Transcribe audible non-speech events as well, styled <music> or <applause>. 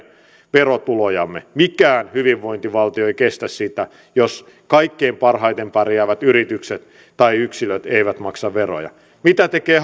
verotulojamme mikään hyvinvointivaltio ei kestä sitä jos kaikkein parhaiten pärjäävät yritykset tai yksilöt eivät maksa veroja mitä tekee <unintelligible>